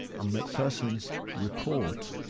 macpherson's report